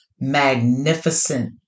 magnificent